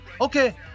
Okay